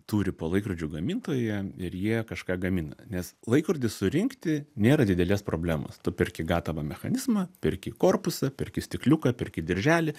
turi po laikrodžių gamintoją ir jie kažką gamina nes laikrodį surinkti nėra didelės problemos tu perki gatavą mechanizmą perki korpusą perki stikliuką perki dirželį